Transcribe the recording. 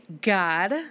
God